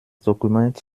dokument